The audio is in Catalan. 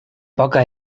poca